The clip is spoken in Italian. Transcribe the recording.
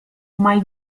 mai